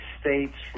States